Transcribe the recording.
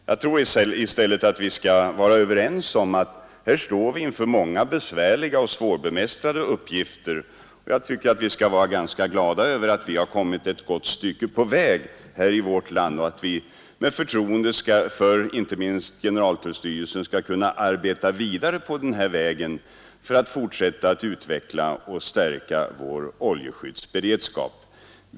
Jag tror i stället att vi skall vara överens om att vi här står inför många besvärliga och svårbemästrade uppgifter, och jag tycker att vi skall vara ganska glada över att vi har kommit ett gott stycke på väg i vårt land och att vi med förtroende för inte minst tullverket skall kunna arbeta vidare på denna väg för att utveckla och stärka vår oljeskyddsberedskap.